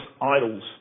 idols